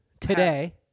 Today